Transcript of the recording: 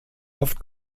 oft